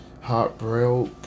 heartbreak